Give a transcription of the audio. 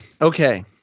Okay